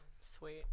sweet